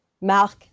Marc